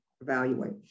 evaluate